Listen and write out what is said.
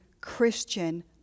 Christian